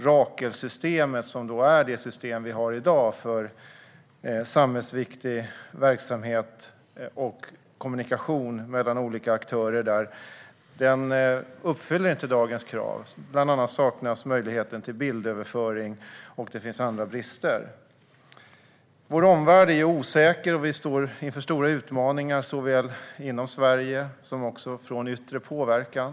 Rakel, som är det system vi har i dag för samhällsviktig verksamhet och kommunikation mellan olika aktörer, uppfyller inte dagens krav. Bland annat saknas möjligheten till bildöverföring, och det finns även andra brister. Vår omvärld är osäker, och vi står inför stora utmaningar både inom Sverige och när det gäller yttre påverkan.